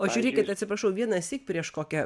o žiūrėkit atsiprašau vienąsyk prieš kokią